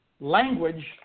language